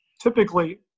typically